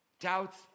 Doubts